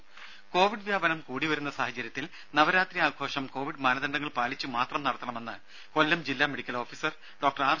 രുദ കോവിഡ് വ്യാപനം കൂടിവരുന്ന സാഹചര്യത്തിൽ നവരാത്രി ആഘോഷം കോവിഡ് മാനദണ്ഡങ്ങൾ പാലിച്ചുമാത്രം നടത്തണമെന്ന് കൊല്ലം ജില്ലാ മെഡിക്കൽ ഓഫീസർ ഡോക്ടർ ആർ